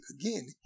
again